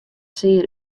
sear